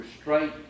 straight